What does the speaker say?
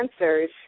answers